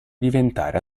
diventare